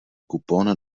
kupón